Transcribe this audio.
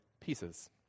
pieces